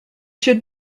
should